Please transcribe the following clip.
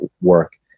work